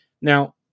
Now